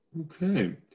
Okay